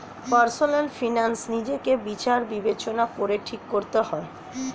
personal finance নিজেকে বিচার বিবেচনা করে ঠিক করতে হবে